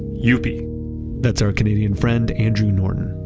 youppi that's our canadian friend andrew norton.